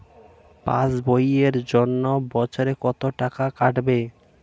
Pass বইয়ের জন্য বছরে কত টাকা কাটবে?